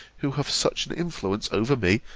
who have such an influence over me,